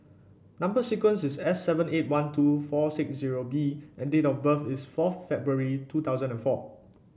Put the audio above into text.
number sequence is S seven eight one two four six zero B and date of birth is fourth February two thousand and four